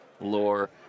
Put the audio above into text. lore